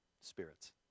spirits